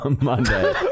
Monday